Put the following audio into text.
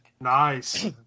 nice